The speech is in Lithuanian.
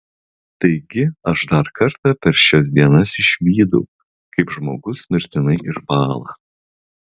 taigi aš dar kartą per šias dienas išvydau kaip žmogus mirtinai išbąla